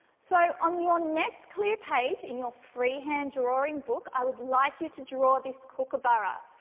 so on your next clear page in your freehand drawing book i would like you to draw this kookaburra.